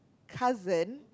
cousin